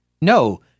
No